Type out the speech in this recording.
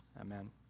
Amen